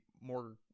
more